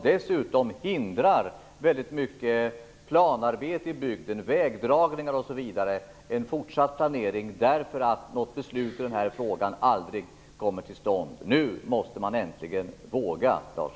Dessutom hindras mycket planarbete, vägdragningar osv. i bygden, eftersom något beslut i den här frågan aldrig kommer till stånd. Nu måste man äntligen våga, Lars